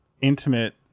intimate